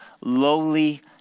lowly